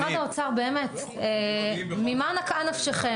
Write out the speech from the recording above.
אבל משרד האוצר, באמת, ממה נקעה נפשכם?